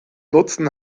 nutzen